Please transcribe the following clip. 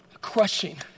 crushing